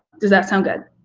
does that sound good?